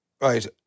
right